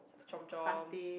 Chomp Chomp